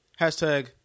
Hashtag